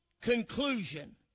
conclusion